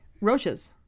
Roaches